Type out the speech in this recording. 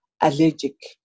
allergic